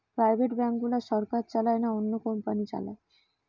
private bank গুলা সরকার চালায় না, অন্য কোম্পানি চালায়